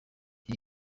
iki